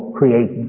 create